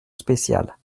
spéciale